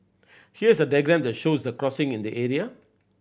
here is a diagram that shows the crossing in the area